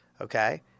okay